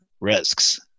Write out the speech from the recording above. risks